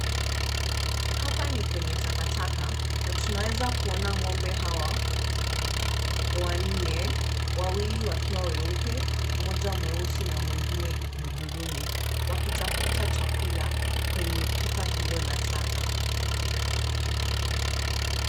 Hapa ni kwenye taka taka na tunaweza kuona ng'ombe hawa wanne, wawili wakiwa weupe, mmoja mweusi na mwingine hudhurungi, wakitafuta chakula kwenye pipa hilo la taka.